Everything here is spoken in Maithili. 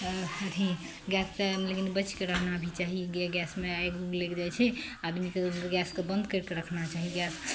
अथी गैस चाय लेकिन बचि कऽ रहना भी चाही गैसमे आगि उगि लागि जाइ छै आदमीके गैसके बंद करि कऽ रखना चाही गैस